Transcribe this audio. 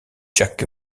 jack